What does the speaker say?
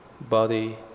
body